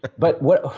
but, what